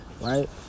Right